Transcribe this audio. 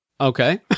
Okay